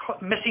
missing